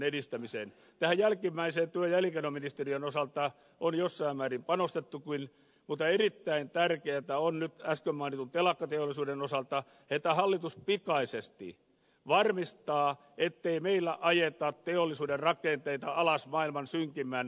tähän jälkimmäiseen työ ja elinkeinoministeriön osalta on jossain määrin panostettukin mutta erittäin tärkeätä on nyt äsken mainitun telakkateollisuuden osalta että hallitus pikaisesti varmistaa ettei meillä ajeta teollisuuden rakenteita alas maailman synkimmän suhdanteen mukaan